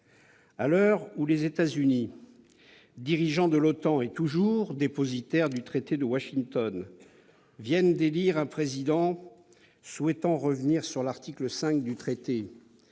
À l'heure où les États-Unis, qui dirigent l'OTAN et sont toujours dépositaires du traité de Washington, viennent d'élire un président souhaitant revenir sur l'article 5 du traité